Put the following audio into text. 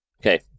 Okay